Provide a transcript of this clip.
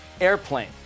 airplane